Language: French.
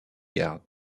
gares